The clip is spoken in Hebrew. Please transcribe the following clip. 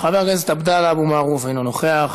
חבר הכנסת עבדאללה אבו מערוף, אינו נוכח,